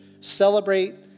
celebrate